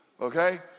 okay